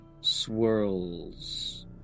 swirls